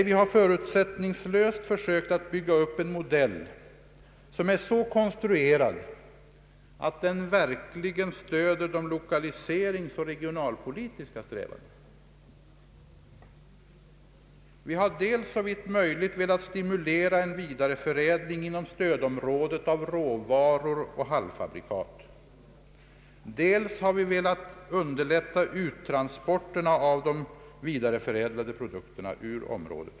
Vi har förutsättningslöst sökt bygga upp en modell som är så konstruerad att den verkligen stöder de lokaliseringsoch regionalpolitiska strävandena. Vi har dels såvitt möjligt velat stimulera en vidare förädling inom stödområdet av råvaror och halvfabrikat, dels velat underlätta uttransporterna av de sålunda vidareförädlade produkterna.